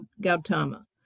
gautama